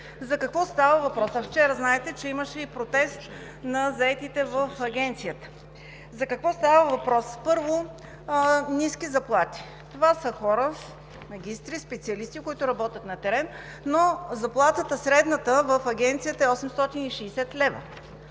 които имат. Вчера знаете, че имаше и протест на заетите в Агенцията. За какво става въпрос? Първо, ниски заплати. Това са хора – магистри, специалисти, които работят на терен, но средната заплата в Агенцията е 860 лв.